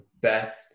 best